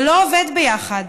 זה לא עובד יחד.